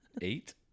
eight